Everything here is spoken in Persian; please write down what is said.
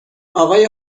اقای